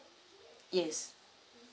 yes